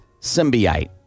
symbiote